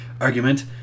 argument